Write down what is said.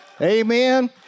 Amen